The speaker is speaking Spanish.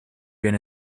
bien